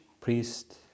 priest